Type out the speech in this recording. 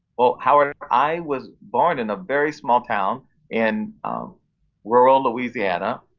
well, howard, i was born in a very small town in rural louisiana.